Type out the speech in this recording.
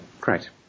great